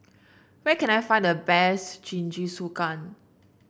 where can I find the best Jingisukan